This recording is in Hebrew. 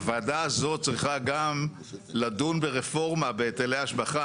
הוועדה הזאת צריכה גם לדון ברפורמה בהיטלי השבחה